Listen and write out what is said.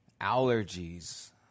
allergies